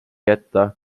jätta